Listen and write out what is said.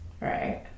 Right